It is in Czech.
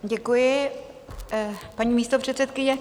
Děkuji, paní místopředsedkyně.